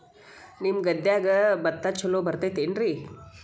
ನಿಮ್ಮ ಗದ್ಯಾಗ ಭತ್ತ ಛಲೋ ಬರ್ತೇತೇನ್ರಿ?